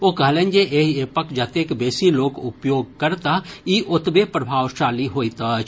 ओ कहलनि जे एहि एपक जतेक बेसी लोक उपयोग करताह ई ओतबे प्रभावशाली होइत जायत